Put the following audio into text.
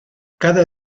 cada